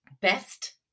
best